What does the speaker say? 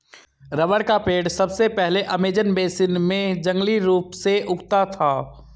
rubber का पेड़ सबसे पहले अमेज़न बेसिन में जंगली रूप से उगता था